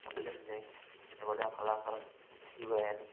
तबलनि में एतिरा वॾा कलाकार थी विया आहिनि